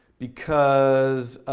because,